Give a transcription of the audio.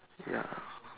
ya